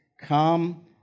Come